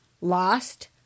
Lost